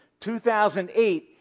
2008